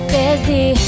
busy